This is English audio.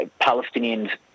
Palestinians